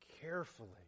carefully